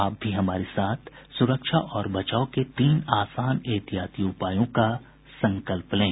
आप भी हमारे साथ सुरक्षा और बचाव के तीन आसान एहतियाती उपायों का संकल्प लें